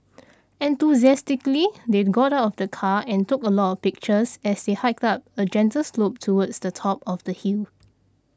enthusiastically they got of the car and took a lot of pictures as they hiked up a gentle slope towards the top of the hill